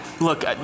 look